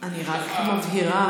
אני רק מבהירה,